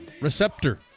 receptor